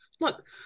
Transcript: look